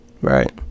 Right